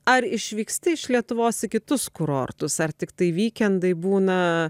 ar išvyksti iš lietuvos į kitus kurortus ar tiktai vykendai būna